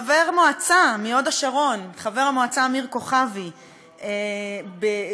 חבר המועצה אמיר כוכבי מהוד-השרון,